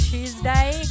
Tuesday